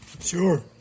Sure